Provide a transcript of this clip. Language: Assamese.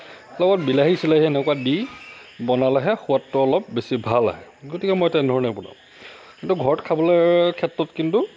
লগত বিলাহী চিলাহী এনেকুৱা দি বনালেহে সোৱাদটো অলপ বেছি ভাল আহে গতিকে মই তেনেধৰণে বনাওঁ কিন্তু ঘৰত খাবলৈ ক্ষেত্ৰত কিন্তু